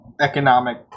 economic